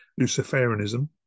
Luciferianism